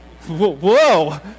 whoa